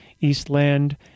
Eastland